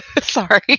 Sorry